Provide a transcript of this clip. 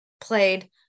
played